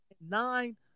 Nine